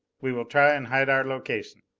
we will try and hide our location.